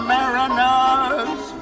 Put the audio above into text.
Mariners